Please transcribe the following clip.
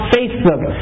Facebook